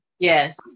Yes